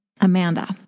Amanda